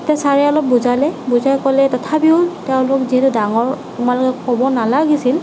তেতিয়া ছাৰে অলপ বুজালে বুজাই ক'লে তথাপিও তেওঁলোক যিহেতু ডাঙৰ তোমালোকে ক'ব নালাগিছিল